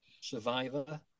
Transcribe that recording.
survivor